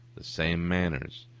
the same manners,